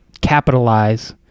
capitalize